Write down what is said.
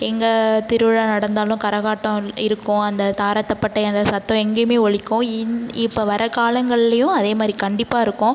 எங்கள் திருவிழா நடந்தாலும் கரகாட்டம் இருக்கும் அந்த தாரை தப்பட்டை அந்த சத்தம் எங்கேயுமே ஒலிக்கும் இன் இப்போ வர்ற காலங்கள்லேயும் அதே மாதிரி கண்டிப்பாருக்கும்